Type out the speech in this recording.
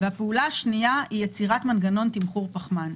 הפעולה השנייה היא יצירת מנגנון תמחור פחמן.